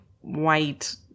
white